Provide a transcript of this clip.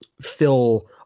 fill